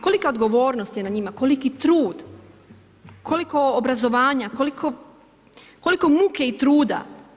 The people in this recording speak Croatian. Kolika odgovornost je na njima, koliki trud, koliko obrazovanja, koliko muke i truda.